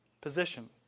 position